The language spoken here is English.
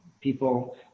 People